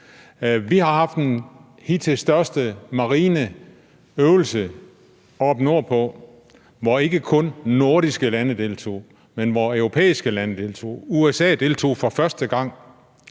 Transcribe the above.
Vi har haft den hidtil største marineøvelse oppe nordpå, hvor ikke kun nordiske lande deltog, men hvor europæiske lande deltog og USA deltog for første gang.